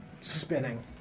spinning